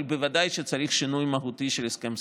אבל בוודאי שצריך שינוי מהותי של הסכם שכר.